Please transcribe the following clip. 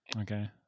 Okay